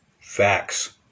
Facts